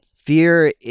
Fear